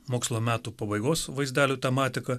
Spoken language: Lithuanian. mokslo metų pabaigos vaizdelių tematika